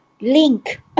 link